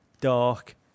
dark